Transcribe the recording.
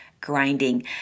grinding